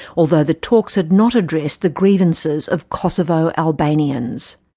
although the talks had not addressed the grievances of kosovo albanians.